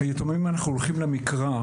היתומים, אם אנחנו הולכים למקרא,